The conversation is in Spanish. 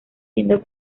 siendo